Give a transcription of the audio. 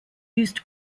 used